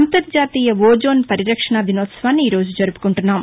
అంతర్జాతీయ ఓజోన్ పరిరక్షణా దినోత్సవాన్ని ఈ రోజు జరుపుకుంటున్నాం